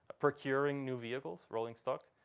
procuring new vehicles, rolling stock,